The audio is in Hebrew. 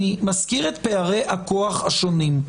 אני מזכיר את פערי הכוח השונים.